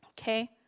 okay